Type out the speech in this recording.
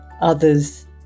others